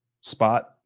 spot